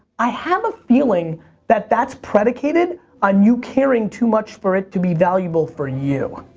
i have a feeling that that's predicated on you caring too much for it to be valuable for you.